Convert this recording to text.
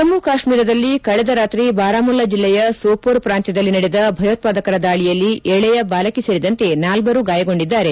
ಜಮ್ನು ಕಾತ್ಮೀರದಲ್ಲಿ ಕಳೆದ ರಾತ್ರಿ ಬಾರಾಮುಲ್ಲಾ ಜಿಲ್ಲೆಯ ಸೋಪೋರ್ ಪ್ರಾಂತ್ಯದಲ್ಲಿ ನಡೆದ ಭಯೋತ್ಪಾದಕರ ದಾಳಿಯಲ್ಲಿ ಎಳೆಯ ಬಾಲಕಿ ಸೇರಿದಂತೆ ನಾಲ್ವರು ಗಾಯಗೊಂಡಿದ್ದಾರೆ